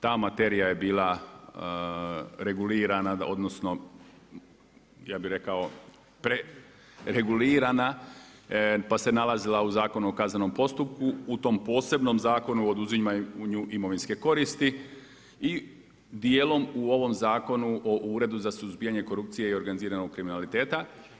Ta materija je bila regulirana odnosno ja bi rekao pre regulirana pa se nalazila u Zakonu o kaznenom postupku u tom posebnom Zakonu o oduzimanju imovinske koristi i dijelom u ovom Zakonu o Uredu za suzbijanje korupcije i organiziranog kriminaliteta.